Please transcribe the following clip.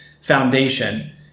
foundation